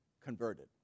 converted